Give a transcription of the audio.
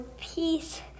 peace